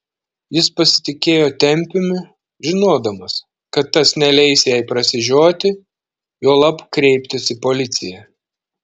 jis pasitikėjo tempiumi žinodamas kad tas neleis jai prasižioti juolab kreiptis į policiją